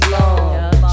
long